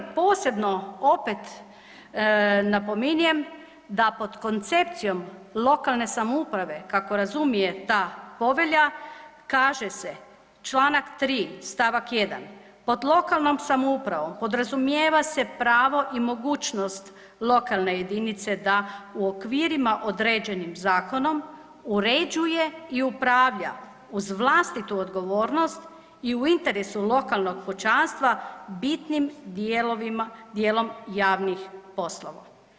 Posebno opet napominjem da pod koncepcijom lokalne samouprave kako razumije ta povelja kaže se Članak 3. stavak 1. pod lokalnom samoupravom podrazumijeva se pravo i mogućnost lokalne jedinice da u okvirima određenim zakonom uređuje i upravlja uz vlastitu odgovornost i u interesu lokalnog pučanstva bitnim dijelovima, dijelom javnih poslova.